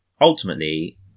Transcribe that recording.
ultimately